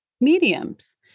mediums